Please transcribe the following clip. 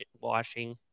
washing